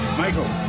michael